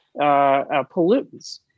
pollutants